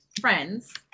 Friends